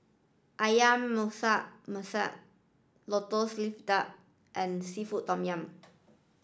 Ayam Masak Masak Merah Lotus Leaf duck and Seafood Tom Yum